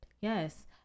Yes